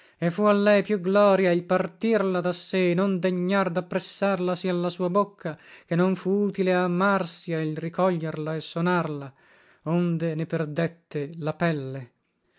e fu a lei più gloria il partirla da sé e non degnar dappressarlasi alla sua bocca che non fu utile a marsia il ricoglierla e sonarla onde ne perdette la pelle